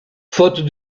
faute